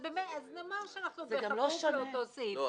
אז --- לא,